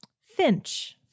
Finch